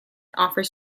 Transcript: offers